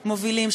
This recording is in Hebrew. מובילים,